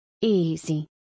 Easy